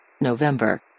November